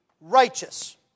righteous